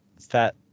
fat